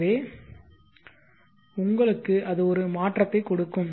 எனவே உங்களுக்கு அது ஒரு மாற்றத்தை கொடுக்கும்